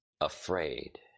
afraid